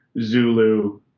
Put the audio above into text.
Zulu